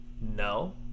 no